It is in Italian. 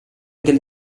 del